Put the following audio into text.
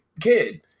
kid